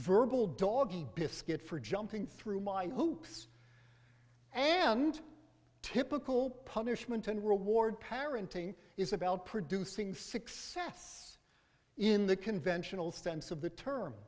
verbal dog biscuit for jumping through mind who and typical punishment and reward parenting is about producing success in the conventional sense of the term